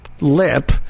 lip